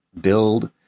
build